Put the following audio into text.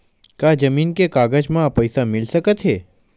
का जमीन के कागज म पईसा मिल सकत हे?